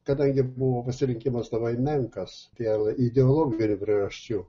kadangi buvo pasirinkimas labai menkas dėl ideologinių priežasčių